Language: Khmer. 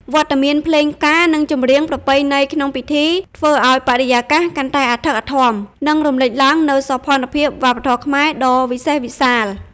វត្តមានភ្លេងការ និងចម្រៀងប្រពៃណីក្នុងពិធី ធ្វើឱ្យបរិយាកាសកាន់តែអធិកអធម និងរំលេចឡើងនូវសោភ័ណភាពវប្បធម៌ខ្មែរដ៏វិសេសវិសាល ។